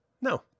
no